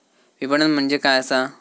विपणन म्हणजे काय असा?